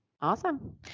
Awesome